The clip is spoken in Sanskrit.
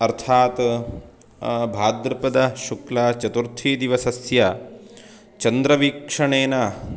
अर्थात् भाद्रपदशुक्लचतुर्थी दिवसस्य चन्द्रवीक्षणेन